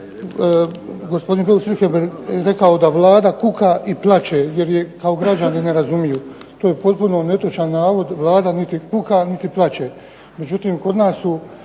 Hvala